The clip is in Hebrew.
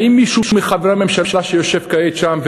האם מישהו מחברי הממשלה שיושב כעת שם,